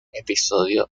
episodio